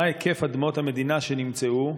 1. מה היקף אדמות המדינה שנמצאו?